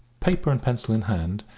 paper and pencil in hand,